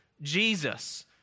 Jesus